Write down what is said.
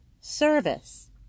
service